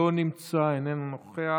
לא נמצא, איננו נוכח.